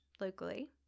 locally